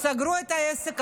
סגרו את העסק,